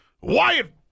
Wyatt